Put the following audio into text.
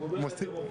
אני אומר לכם,